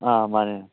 ꯑꯥ ꯃꯥꯅꯤ